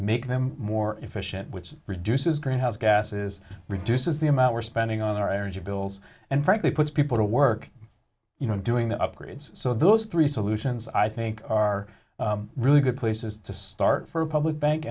make them more efficient which reduces greenhouse gases reduces the amount we're spending on our energy bill and frankly puts people to work you know doing the upgrades so those three solutions i think are really good places to start for a public bank